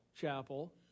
Chapel